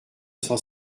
cent